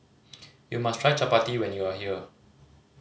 you must try chappati when you are here